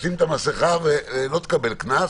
תשים את המסכה ולא תקבל קנס,